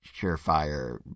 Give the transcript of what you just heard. surefire